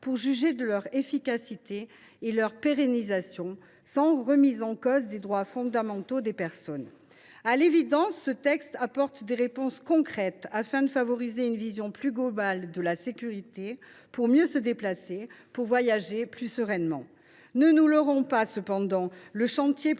pour juger de leur efficacité et décider de leur pérennisation, sans remise en cause des droits fondamentaux des personnes. À l’évidence, ce texte apporte des réponses concrètes afin de favoriser une vision plus globale de la sécurité, de mieux se déplacer et de voyager plus sereinement. Ne nous leurrons pas, cependant. Le chantier pour restaurer